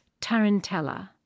Tarantella